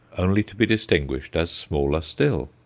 only to be distinguished as smaller still.